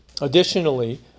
Additionally